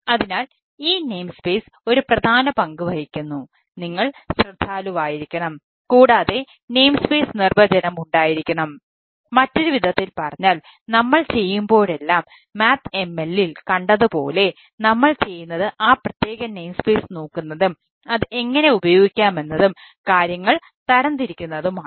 അതിനാൽ ഈ നെയിംസ്പെയ്സ് നോക്കുന്നതും അത് എങ്ങനെ ഉപയോഗിക്കാമെന്നതും കാര്യങ്ങൾ തരംതിരിക്കുന്നതുമാണ്